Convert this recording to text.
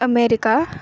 America